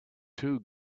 two